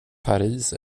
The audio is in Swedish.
paris